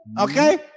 okay